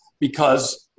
because-